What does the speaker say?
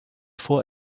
vor